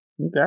Okay